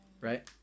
right